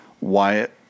Wyatt